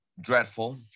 dreadful